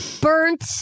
burnt